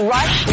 Rush